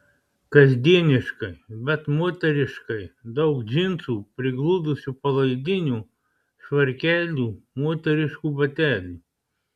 kasdieniškai bet moteriškai daug džinsų prigludusių palaidinių švarkelių moteriškų batelių